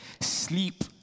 sleep